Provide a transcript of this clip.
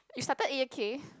you started it okay